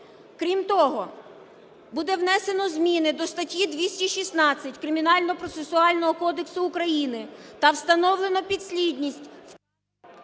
Крім того, буде внесено зміни до статті 216 Кримінально-процесуального кодексу України та встановлено підслідність...